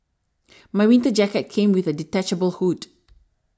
my winter jacket came with a detachable hood